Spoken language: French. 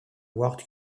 world